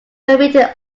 convicted